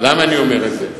למה אני אומר את זה?